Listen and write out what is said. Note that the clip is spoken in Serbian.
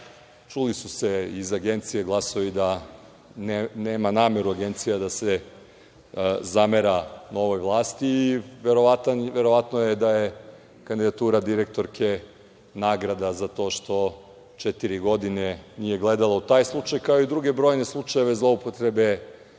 Čuli su se iz agencije glasovi da nema nameru agencija da se zamera novoj vlasti i verovatno je da je kandidatura direktorke nagrada za to što četiri godine nije gledala u taj slučaj, kao i druge brojne slučajeve zloupotrebe